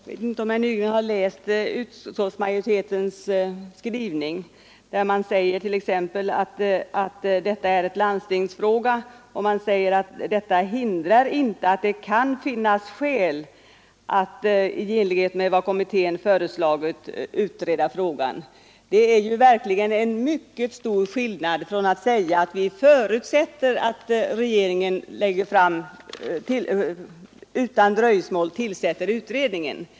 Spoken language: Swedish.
Herr talman! Jag vet inte om herr Nygren har läst utskottsmajoritetens skrivning. Där sägs t.ex. att detta är en landstingsfråga men att detta inte hindrar att det kan finnas skäl att Kungl. Maj:t i enlighet med vad kommittén föreslagit låter utreda frågan. Det är någonting helt annat än att säga att man förutsätter att regeringen utan dröjsmål tillsätter en utredning.